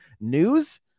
news